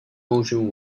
motion